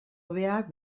hobeak